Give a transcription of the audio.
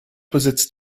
besitzt